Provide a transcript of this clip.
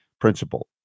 principle